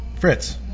Fritz